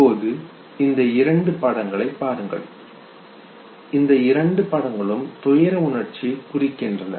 இப்போது இந்த இரண்டு படங்களைப் பாருங்கள் இந்த இரண்டு படங்களும் துயர உணர்ச்சியை குறிக்கின்றன